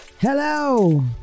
hello